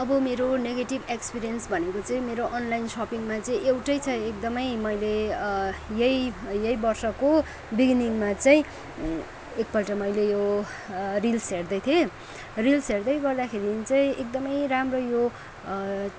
अब मेरो negative experience भनेको चाहिँ मेरो अनलाइन सपिङमा चाहिँ एउटै एकदमै मैले यही यही वर्षको बिगिनिङमा चाहिँ एकपल्ट मैले यो रिल्स हेर्दैथिएँ रिल्स हेर्दै गर्दाखेरि चाहहिँ एकदमै राम्रो यो